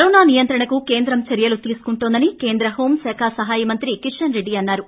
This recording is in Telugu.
కరోనా నియంత్రణకు కేంద్రం చర్యలు తీసుకుంటోందని కేంద్ర హోంశాఖ సహాయ మంత్రి తెలిపారు